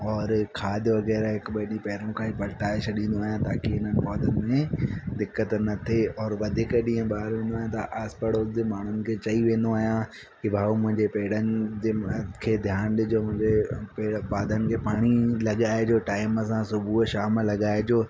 और खाद वगैरा हिकु ॿ ॾींहं पहिरियों खां पलटाए छॾींदो आहियां ताकी हिननि पौधननि में दिक़त न थिए और वधीक ॾींहं ॿाहिरि वेंदो आहियां त आस पड़ोस जे माण्हुनि खे चई वेंदो आहियां की भाऊ मुंहिंजे पेड़नि जे खे ध्यान ॾिजो मुंहिंजे पेड़ पौधनि खे पाणी लॻाइजो टाइम सां सुबुह शाम लॻाइजो